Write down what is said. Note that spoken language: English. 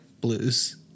blues